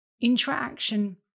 Interaction